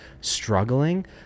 struggling